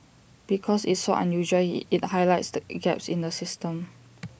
because it's so unusual IT highlights the in gaps in the system